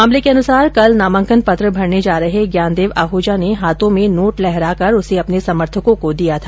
मामले के अनुसार कल नामांकन पत्र भरने जा रहे ज्ञानदेव आहूजा ने हाथों में नोट लहराकर उसे अपने समर्थकों को दिया था